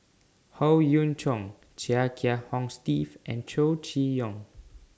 Howe Yoon Chong Chia Kiah Hong Steve and Chow Chee Yong